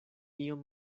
iom